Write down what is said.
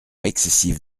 excessive